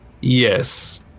yes